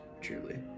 truly